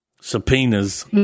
Subpoenas